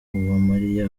uwamariya